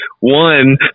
One